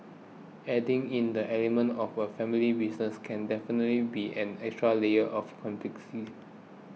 adding in the element of a family business can definitely be an extra layer of complexity